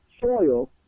soil